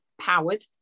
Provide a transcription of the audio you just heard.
powered